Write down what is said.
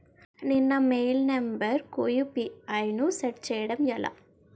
నేను నా mobile number కుయు.పి.ఐ ను సెట్ చేయడం ఎలా?